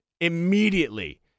immediately